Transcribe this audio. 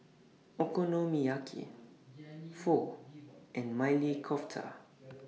Okonomiyaki Pho and Maili Kofta